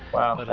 wow. i but